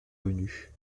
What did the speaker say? venu